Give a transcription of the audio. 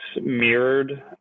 mirrored